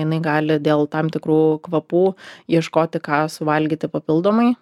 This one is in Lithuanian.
jinai gali dėl tam tikrų kvapų ieškoti ką suvalgyti papildomai